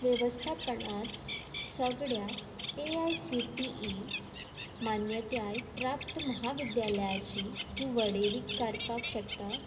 वेवस्थापणांत सगळ्या A I C T E मान्यताय प्राप्त महाविद्यालयाची तूं वळेरीक काडपाक शकता